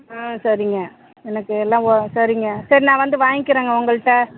ஆ சரிங்க எனக்கு எல்லாம் ஓ சரிங்க சரி நான் வந்து வாங்கிக்கிறேங்க உங்கள்கிட்ட